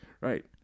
Right